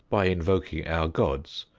by invoking our gods,